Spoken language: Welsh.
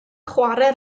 chwarae